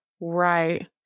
Right